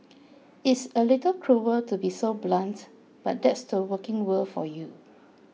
it's a little cruel to be so blunt but that's the working world for you